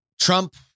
Trump